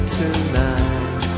tonight